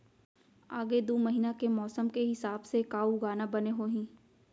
आगे दू महीना के मौसम के हिसाब से का उगाना बने होही?